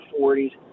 40s